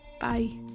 Bye